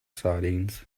sardines